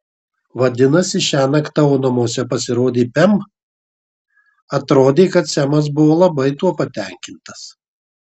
vadinasi šiąnakt tavo namuose pasirodė pem atrodė kad semas buvo labai tuo patenkintas